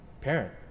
parent